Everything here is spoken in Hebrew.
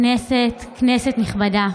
כנסת נכבדה,